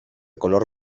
color